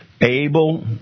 able